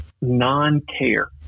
non-care